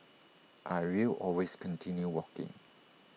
I will always continue walking